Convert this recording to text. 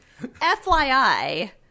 FYI